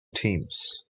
teams